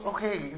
Okay